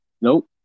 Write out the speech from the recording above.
Nope